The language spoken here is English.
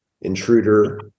intruder